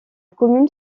commune